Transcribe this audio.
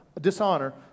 dishonor